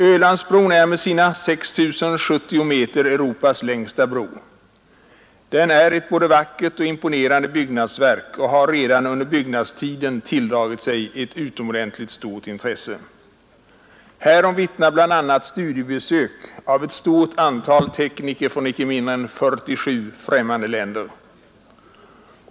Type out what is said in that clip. Ölandsbron är med sina 6 070 meter Europas längsta bro. Den är ett både vackert och imponerande byggnadsverk och har redan under byggnadstiden tilldragit sig ett utomordentligt stort intresse. Härom vittnar bl.a. studiebesök av ett stort antal tekniker från icke mindre 47 främmande länder.